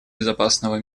безопасного